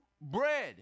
bread